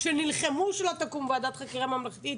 שנלחמו שלא תקום ועדת חקירה ממלכתית